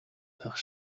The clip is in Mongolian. байх